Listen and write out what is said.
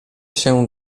się